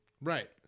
Right